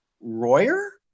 Royer